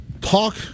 talk